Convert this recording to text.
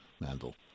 Mandel